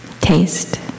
Taste